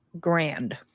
grand